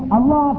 Allah